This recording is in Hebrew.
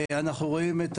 אנחנו רואים את